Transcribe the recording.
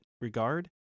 regard